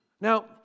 Now